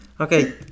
Okay